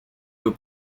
will